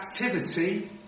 activity